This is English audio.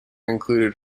included